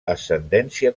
ascendència